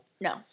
No